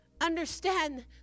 understand